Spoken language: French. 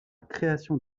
création